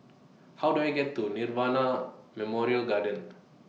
How Do I get to Nirvana Memorial Garden